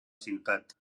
ciutat